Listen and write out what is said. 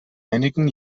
einigen